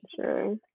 Sure